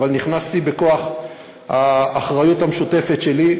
אבל נכנסתי בכוח האחריות המשותפת שלי,